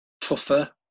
tougher